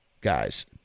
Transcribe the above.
Guys